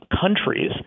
countries